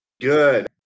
Good